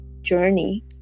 journey